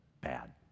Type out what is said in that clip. bad